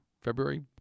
February